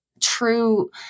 true